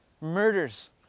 Murders